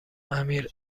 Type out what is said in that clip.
امیر